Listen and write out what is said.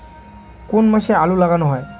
কোন মাসে আলু লাগানো হয়?